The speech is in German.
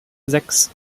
sechs